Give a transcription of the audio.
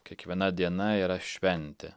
kiekviena diena yra šventė